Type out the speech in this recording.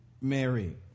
Mary